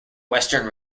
western